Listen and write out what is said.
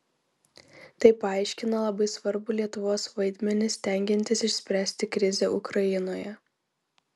tai paaiškina labai svarbų lietuvos vaidmenį stengiantis išspręsti krizę ukrainoje